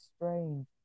strange